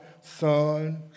Son